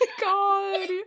God